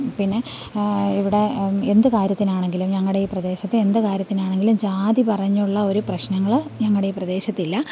പിന്നെ ഇവിടെ എന്ത് കാര്യത്തിനാണെങ്കിലും ഞങ്ങളുടെ ഈ പ്രദേശത്ത് എന്ത് കാര്യത്തിനാണെങ്കിലും ജാതി പറഞ്ഞുള്ള ഒരു പ്രശ്നങ്ങള് ഞങ്ങളുടെ ഈ പ്രദേശത്തില്ല